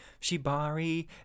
shibari